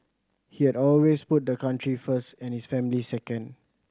he had always put the country first and his family second